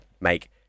make